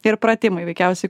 ir pratimai veikiausiai